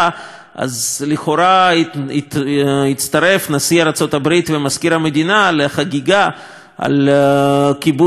לכאורה הצטרף נשיא ארצות-הברית ומזכיר המדינה לחגיגה על כיבוש השטח הזה,